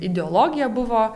ideologija buvo